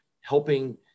helping